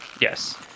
Yes